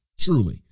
truly